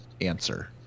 answer